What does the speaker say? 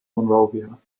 monrovia